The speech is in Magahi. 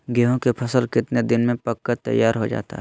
गेंहू के फसल कितने दिन में पक कर तैयार हो जाता है